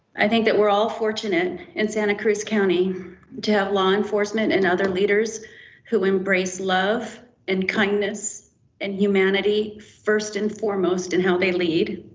i think that we're all fortunate in santa cruz county to have law enforcement and other leaders who embrace love and kindness and humanity first and foremost in how they lead